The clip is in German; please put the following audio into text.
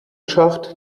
schacht